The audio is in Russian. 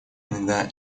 иногда